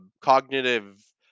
cognitive